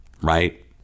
Right